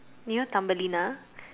you know Thumbelina